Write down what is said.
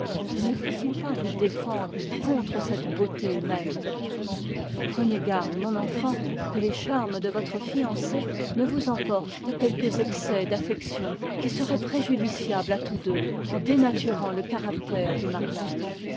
et ne faut-il pas vous défendre contre cette beauté même prenez garde mon enfant que les charmes de votre fiancée ne vous emportent à quelque excès d'affection qui serait préjudiciable à tous deux en dénaturant le caractère du mariage